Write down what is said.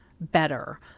better